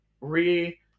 Re